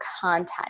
content